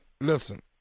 listen